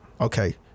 Okay